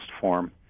form